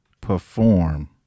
perform